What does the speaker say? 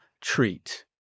treat